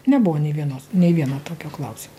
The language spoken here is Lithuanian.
nebuvo nei vienos nei vieno tokio klausim